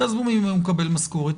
תעזבו ממי הוא מקבל משכורת.